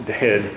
dead